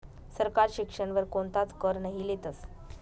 सरकार शिक्षण वर कोणताच कर नही लेतस